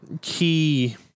key